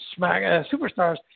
superstars